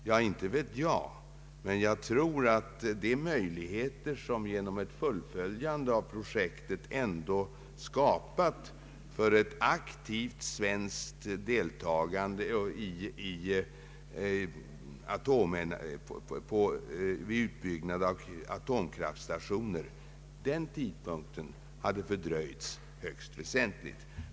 Jag vet inte, men jag tror att tidpunkten för ett aktivt svenskt deltagande vid utbyggnad av atomkraftstationer hade fördröjts högst väsentligt om inte Marvikenprojektet hade fulltföljts.